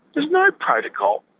there's no protocol.